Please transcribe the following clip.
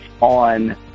on